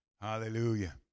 Hallelujah